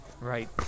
Right